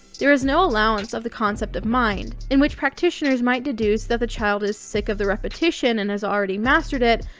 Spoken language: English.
there is no allowance of the concept of mind in which practitioners might deduce that the child is sick of the repetition and has already mastered it,